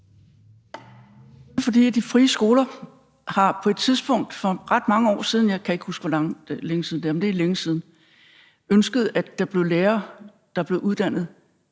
fordi de frie skoler på et tidspunkt for ret mange år siden – jeg kan ikke huske, hvor lang tid siden det er, men det er længe siden – ønskede, at lærere blev uddannet